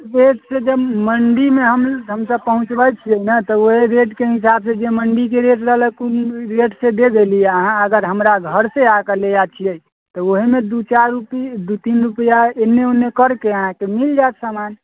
rate से जब मण्डीमे हम सभ पहुँचाबै छियै तऽ उहे रेटके हिसाबसँ जे मण्डीके रेट रहलक उहे रेटसँ दै देलीह अहाँ अगर हमरा घरसँ आकर ले जाइ छियै तऽ उहेमे दू चारि रूपि दू तीन रुपिआ एन्ने ओन्ने करके अहाँके मिल जायत सामान